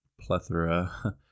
plethora